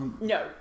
no